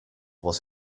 was